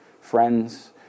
friends